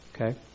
Okay